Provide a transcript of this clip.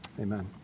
Amen